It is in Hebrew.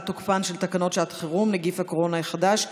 תוקפן של תקנות שעת חירום (נגיף הקורונה החדש)